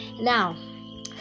Now